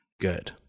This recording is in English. good